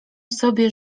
sobie